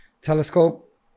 telescope